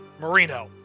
Marino